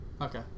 okay